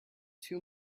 too